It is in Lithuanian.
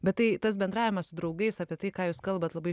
bet tai tas bendravimas su draugais apie tai ką jūs kalbat labai